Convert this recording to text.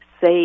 say